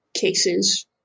cases